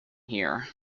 here